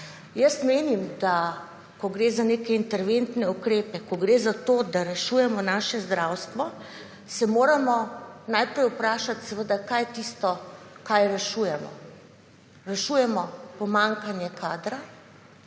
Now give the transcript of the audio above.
Jaz menim, da ko gre za neke interventne ukrepe, ko gre za to, da rešujemo naše zdravstvo se moramo najprej vprašati kaj je tisto kaj rešujemo. Rešujemo pomanjkanje kadra,